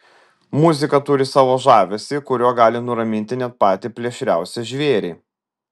muzika turi savo žavesį kuriuo gali nuraminti net patį plėšriausią žvėrį